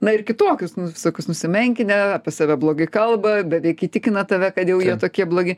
na ir kitokius nu visokius nusimenkinę apie save blogai kalba beveik įtikina tave kad jau jie tokie blogi